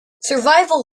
survival